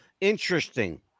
Interesting